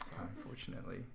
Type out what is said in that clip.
Unfortunately